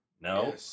No